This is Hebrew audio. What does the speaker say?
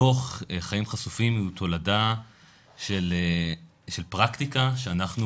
הדוח "חיים חשופים" הוא תולדה של פרקטיקה שאנחנו